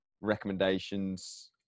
recommendations